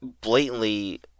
blatantly